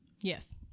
Yes